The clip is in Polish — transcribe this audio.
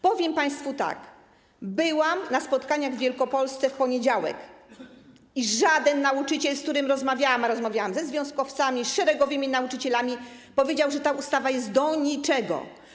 Powiem państwu tak: byłam na spotkaniach w Wielkopolsce w poniedziałek i każdy nauczyciel, z którym rozmawiałam, a rozmawiałam ze związkowcami, z szeregowymi nauczycielami, powiedział, że ta ustawa jest do niczego.